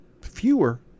fewer